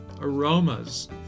aromas